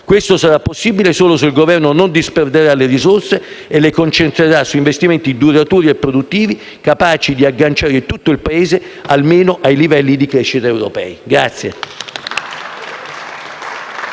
Questo sarà possibile solo se il Governo non disperderà le risorse e le concentrerà su investimenti duraturi e produttivi, capaci di agganciare tutto il Paese almeno ai livelli di crescita europei.